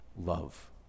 love